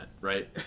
right